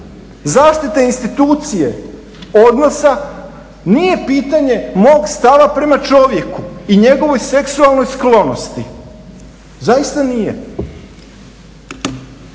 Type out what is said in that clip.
zaštite institucije odnosa nije pitanje mog stava prema čovjeku i njegovoj seksualnoj sklonosti, zaista nije.